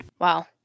Wow